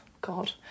god